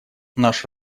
наш